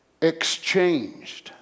exchanged